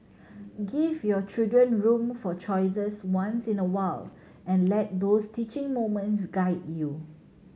give your children room for choices once in a while and let those teaching moments guide you